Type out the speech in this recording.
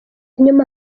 nyuma